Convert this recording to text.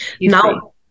Now